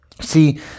See